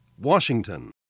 Washington